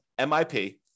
MIP